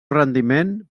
rendiment